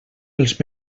els